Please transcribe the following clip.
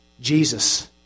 Jesus